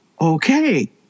okay